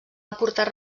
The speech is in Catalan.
aportar